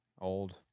Old